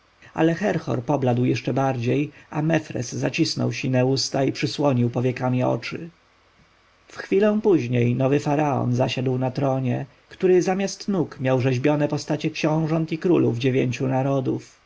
ale herhor pobladł jeszcze bardziej a mefres zacisnął sine usta i przysłonił powiekami oczy w chwilę później nowy faraon zasiadł na tronie który zamiast nóg miał rzeźbione postacie książąt i królów dziewięciu narodów